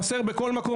הרי חסר בכל מקום,